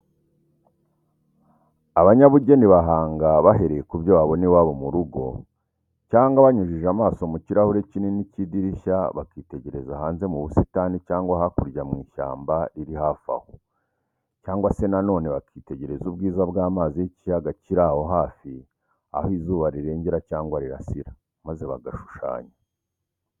Abanyabugeni bahanga bahereye ku byo babona iwabo mu rugo, cyangwa banyujije amaso mu kirahuri kinini cy'idirishya, bakitegereza hanze mu busitani cyangwa hakurya mu ishyamba riri hafi aho, cyangwa se na none bakitegereza ubwiza bw'amazi y'ikiyaga kiri aho hafi, aho izuba rirengera cyangwa rirasira, maze bagashushanya.